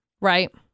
Right